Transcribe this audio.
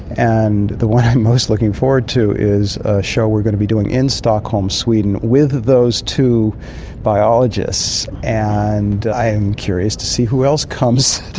and the one i'm most looking forward to is a show we're going to be doing in stockholm, sweden, with those two biologists, and i am curious to see who else comes.